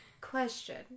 Question